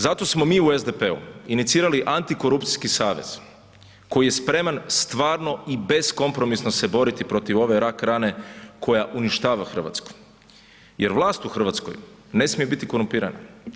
Zato smo mi u SDP-u inicirali Antikorupcijski savez koji je spreman stvarno i beskompromisno se boriti protiv ove rak rane koja uništava Hrvatsku jer vlast u Hrvatskoj ne smije biti korumpirana.